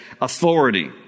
authority